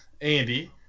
Andy